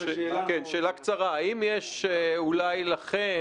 7%. האם יש לכם,